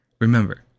remember